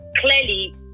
clearly